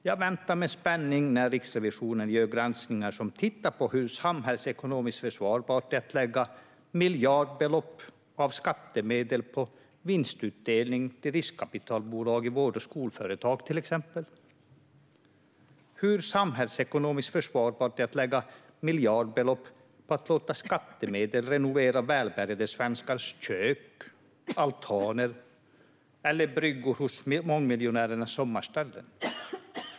Jag väntar med spänning på att Riksrevisionen ska göra granskningar som tittar på hur samhällsekonomiskt försvarbart det är att lägga miljardbelopp av skattemedel på vinstutdelning till riskkapitalbolag i vård och skolföretag, till exempel, eller hur samhällsekonomiskt försvarbart det är att lägga miljardbelopp på att låta skattemedel renovera välbärgade svenskars kök och altaner eller bryggor på mångmiljonärernas sommarställen.